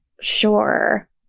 sure